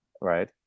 right